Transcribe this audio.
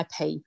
IP